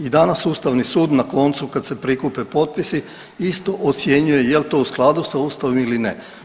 I danas Ustavni sud na koncu kad se prikupe potpisi isto ocjenjuje jel to u skladu s Ustavom ili ne.